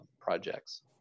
projects